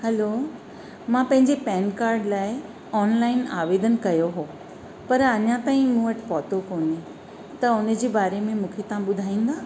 हलो मां पंहिंजे PAN card लाइ ऑनलाइन आवेदन कयो हो पर अञा ताईं मूं वटि पहुतो कोन्हे त उन जे बारे में मूंखे तव्हां ॿुधाईंदो